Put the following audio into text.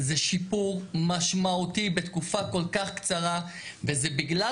זה שיפור משמעותי בתקופה כל כך קצרה וזה בגלל